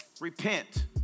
repent